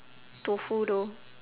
tofu though